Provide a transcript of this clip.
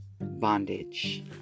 bondage